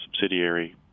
subsidiary